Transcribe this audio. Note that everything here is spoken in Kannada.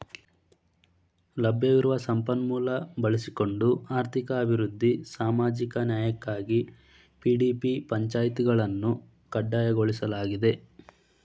ಲಭ್ಯವಿರುವ ಸಂಪನ್ಮೂಲ ಬಳಸಿಕೊಂಡು ಆರ್ಥಿಕ ಅಭಿವೃದ್ಧಿ ಸಾಮಾಜಿಕ ನ್ಯಾಯಕ್ಕಾಗಿ ಪಿ.ಡಿ.ಪಿ ಪಂಚಾಯಿತಿಗಳನ್ನು ಕಡ್ಡಾಯಗೊಳಿಸಲಾಗಿದೆ